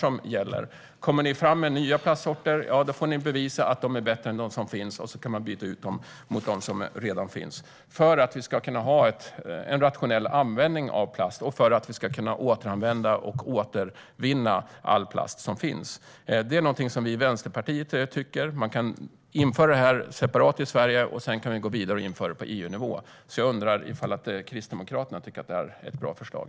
Om man tar fram nya plastsorter får man bevisa att de är bättre än de sorter som finns. Då kan de ersätta dem som redan finns. Detta måste göras för att vi ska kunna ha en rationell användning av plast och för att vi ska kunna återanvända och återvinna all plast som finns. Det är någonting som vi i Vänsterpartiet tycker. Man kan införa detta separat i Sverige. Sedan kan man gå vidare och införa det på EU-nivå. Jag undrar om Kristdemokraterna tycker att detta är ett bra förslag.